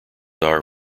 are